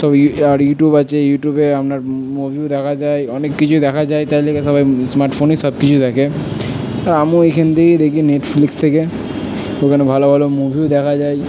সব ইউ আর ইউটিউব আছে ইউটিউবে আপনার মুভিও দেখা যায় অনেক কিছু দেখা যায় তাই জন্যে সবাই ইস্মার্টফোনেই সবকিছু দেখে আর আমিও এইখান থেকেই দেখি নেটফ্লিক্স থেকে ওখানে ভালো ভালো মুভিও দেখা যায়